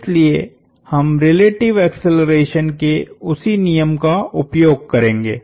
इसलिए हम relative acceleration के उसी नियम का उपयोग करेंगे